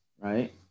right